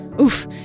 Oof